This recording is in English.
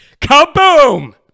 kaboom